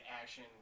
action